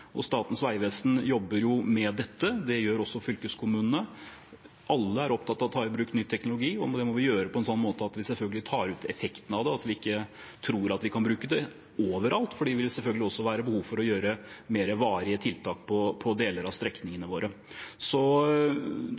det. Statens vegvesen jobber med dette. Det gjør også fylkeskommunene. Alle er opptatt av å ta i bruk ny teknologi, og det må vi selvfølgelig gjøre på en sånn måte at vi tar ut effekten av det. Vi må ikke tro at vi kan bruke det overalt, for det vil også være behov for å gjøre mer varige tiltak på deler av strekningene våre.